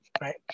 Right